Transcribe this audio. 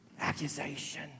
Accusation